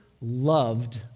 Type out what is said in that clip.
loved